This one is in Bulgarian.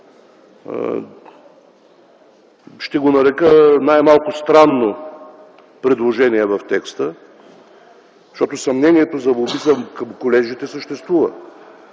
ще го нарека, най-малко странно предложение в текста, защото съмнението за лобизъм към колежите съществува.